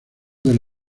del